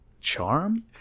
charm